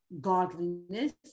godliness